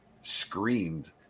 screamed